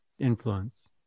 influence